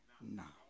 now